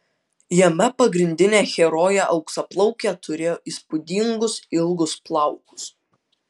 jame pagrindinė herojė auksaplaukė turėjo įspūdingus ilgus plaukus